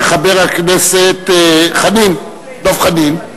חבר הכנסת דב חנין.